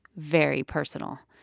very personal.